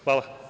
Hvala.